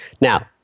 Now